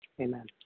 Amen